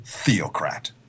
theocrat